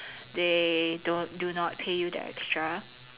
they don't do not pay you the extra